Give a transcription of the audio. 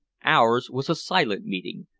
ours was a silent meeting,